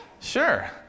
Sure